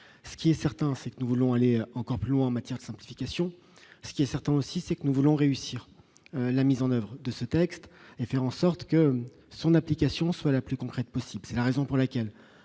Il est certain que nous voulons aller plus loin encore en matière de simplification. Il est aussi certain que nous voulons réussir la mise en oeuvre de ce texte pour faire en sorte que son application soit la plus concrète possible. C'est la raison pour laquelle,